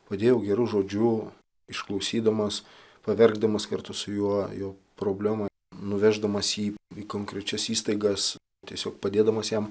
padėjau geru žodžiu išklausydamas paverkdamas kartu su juo jo problemą nuveždamas jį į konkrečias įstaigas tiesiog padėdamas jam